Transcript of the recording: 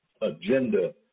agenda